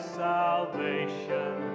salvation